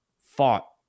fought